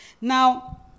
now